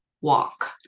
walk